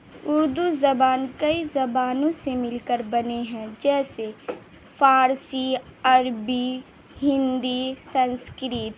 اردو زبان کئی زبانوں سے مل کر بنے ہیں جیسے فارسی عربی ہندی سنسکرت